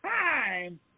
time